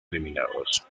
eliminados